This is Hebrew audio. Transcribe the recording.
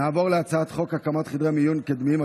נעבור להצעת חוק הקמת חדרי מיון קדמיים,